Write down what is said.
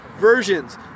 Versions